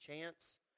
chance